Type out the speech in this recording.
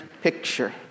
picture